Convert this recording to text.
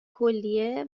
کلیه